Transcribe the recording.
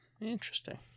Interesting